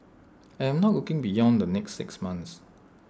I am not looking beyond the next six months